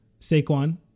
Saquon